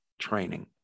training